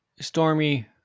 Stormy